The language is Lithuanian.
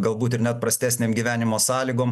galbūt ir net prastesnėm gyvenimo sąlygom